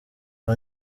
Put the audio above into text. aho